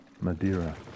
Madeira